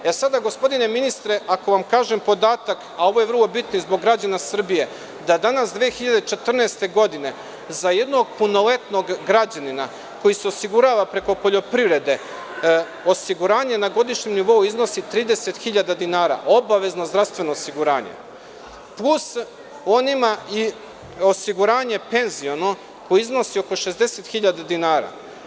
E sada, gospodine ministre, ako vam kažem podatak, a ovo je vrlo bitno i zbog građana Srbije, da danas 2014. godine za jednog punoletnog građanina koji se osigurava preko poljoprivrede, osiguranje na godišnjem novu iznosi 30 hiljada dinara, obavezno zdravstveno osiguranje, plus onima i osiguranje penziono koje iznosi oko 60 hiljada dinara.